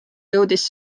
jõudis